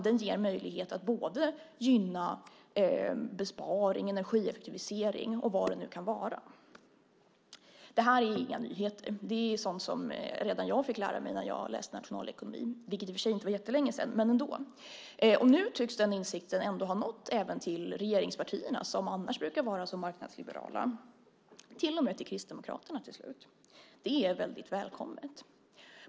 Den ger möjlighet att både gynna besparing och energieffektivisering eller vad det kan vara. Det här är inga nyheter. Det är sådant som jag fick lära mig redan när jag läste nationalekonomi, vilket i och för sig inte var jättelänge sedan, men ändå. Nu tycks den insikten ha nått även till regeringspartierna, som annars brukar vara så marknadsliberala, och till och med till Kristdemokraterna till slut. Det är väldigt välkommet.